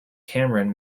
cameron